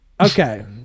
Okay